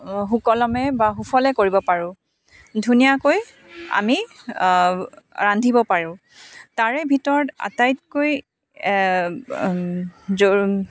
সুকলমে বা সুফলে কৰিব পাৰোঁ ধুনীয়াকৈ আমি ৰান্ধিব পাৰোঁ তাৰে ভিতৰত আটাইতকৈ জ